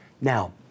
Now